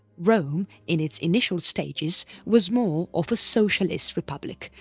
rome in its initial stages was more of a socialist republic,